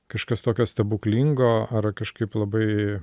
kažkas tokio stebuklingo ar kažkaip labai